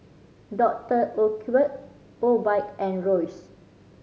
Doctor Oetker Obike and Royce